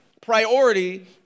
priority